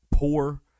poor